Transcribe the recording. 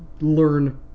learn